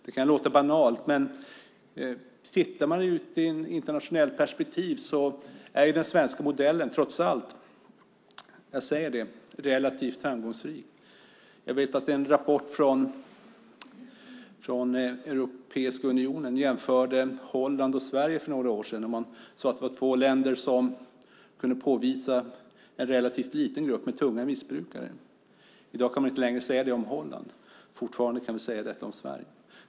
Det kan låta banalt, men tittar man i ett internationellt perspektiv är den svenska modellen trots allt relativt framgångsrik. För några år sedan jämförde en rapport från Europeiska unionen Holland och Sverige. Dessa två länder kunde påvisa en relativt liten grupp med tunga missbrukare. I dag kan man inte längre säga det om Holland, men vi kan fortfarande säga det om Sverige.